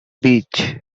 beach